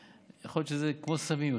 יכול להיות שזה כמו סמים,